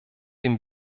dem